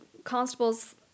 Constables